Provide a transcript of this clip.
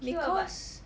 because